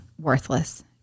worthless